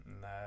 no